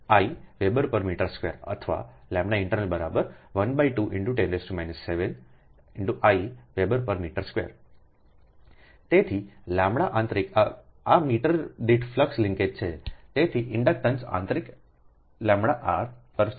તેથી λ આંતરિક આ મીટર દીઠ ફ્લક્સ લિન્કેજ છે તેથી ઇન્ડક્ટન્સ આંતરિક આંતરિક λ I પર છે